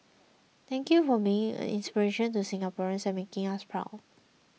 thank you for being an inspiration to Singaporeans and making us proud